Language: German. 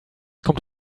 kommt